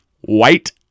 White